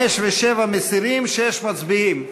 5 ו-7 מסירים, 6 מצביעים.